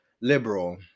liberal